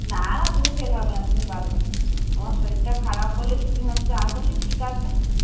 না না তুমি ফেল হবে না তুমি পারবে তোমার শরীরটা খারাপ বলে তুমি হচ্ছে আসোনি ঠিক আছে